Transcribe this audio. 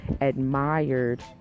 admired